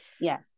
yes